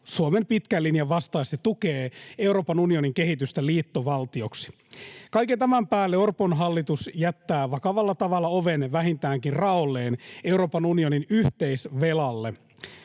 Suomen pitkän linjan vastaisesti tukee Euroopan unionin kehitystä liittovaltioksi. Kaiken tämän päälle Orpon hallitus jättää vakavalla tavalla oven vähintäänkin raolleen Euroopan unionin yhteisvelalle.